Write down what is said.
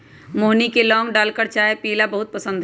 मोहिनी के लौंग डालकर चाय पीयला पसंद हई